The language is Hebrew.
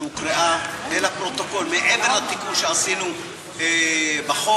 שהוקראה לפרוטוקול, מעבר לתיקון שעשינו בחוק.